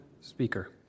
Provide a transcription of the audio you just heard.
speaker